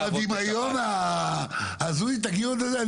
אתם בדמיון ההזוי, תגיעו לזה.